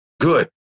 Good